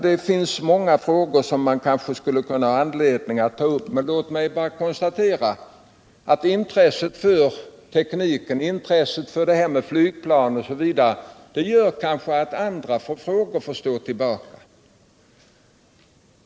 Det finns många frågor som man kunde ha anledning att ta upp, men låt mig konstatera att intresset för tekniken, för flygplan osv. gör att andra frågor ofta får stå tillbaka.